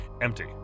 empty